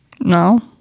No